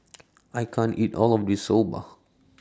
I can't eat All of This Soba